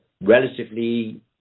relatively